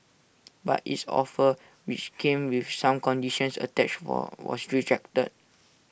but its offer which came with some conditions attached were was rejected